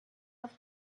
auf